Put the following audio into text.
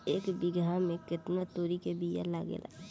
एक बिगहा में केतना तोरी के बिया लागेला?